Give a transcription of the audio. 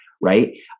right